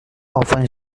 often